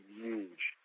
huge